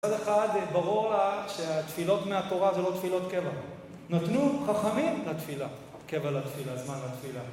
כל אחד, ברור רק שהתפילות מהתורה זה לא תפילות קבע. נתנו חכמים לתפילה, קבע לתפילה, זמן לתפילה.